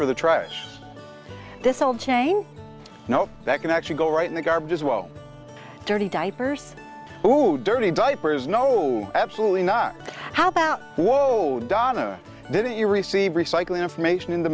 tribes this whole chain no that can actually go right in the garbage is well dirty diapers who dirty diapers no absolutely not how about whoa donna didn't you receive recycle information in the